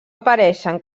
apareixen